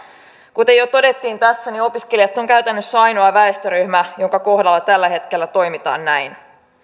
kuten jo todettiin tässä opiskelijat on käytännössä ainoa väestöryhmä jonka kohdalla tällä hetkellä toimitaan näin